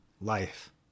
life